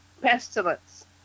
pestilence